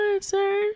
sir